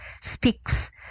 speaks